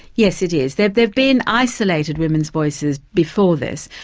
yes it is. there there have been isolated women's voices before this,